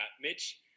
Mitch –